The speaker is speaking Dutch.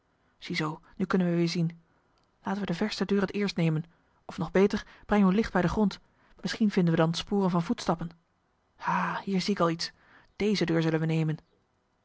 zoo nu kunnen we weer zien laten we de versie deur het eerst nemen of nog beter breng uw licht bij den grond misschien vinden wij dan sporen van voetstappen ha hier zie ik al iets deze deur zullen we nemen